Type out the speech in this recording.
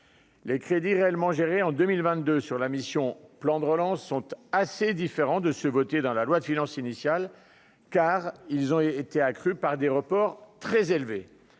Les crédits réellement géré en 2022 sur la mission plan de relance sont assez différents de ceux votés dans la loi de finances initiale, car ils ont été accrues par des reports très élevé